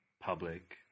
public